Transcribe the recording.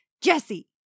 Jesse